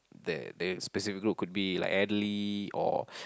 there the specific group could be like elderly or